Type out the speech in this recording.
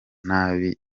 nabi